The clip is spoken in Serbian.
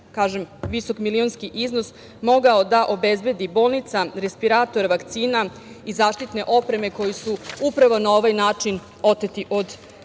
visok milionski iznos mogao da obezbedi bolnica, respiratora, vakcina i zaštitne opreme koju su upravo na ovaj način oteti od građana